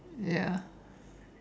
ya